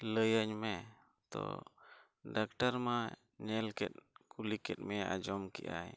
ᱞᱟᱹᱭᱟᱹᱧ ᱢᱮ ᱛᱳ ᱢᱟ ᱧᱮᱞᱠᱮᱫ ᱠᱩᱞᱤᱠᱮᱫ ᱟᱸᱡᱚᱢ ᱠᱮᱫᱟᱭ